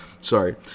Sorry